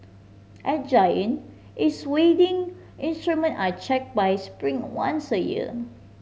at Giant its weighing instrument are check by Spring once a year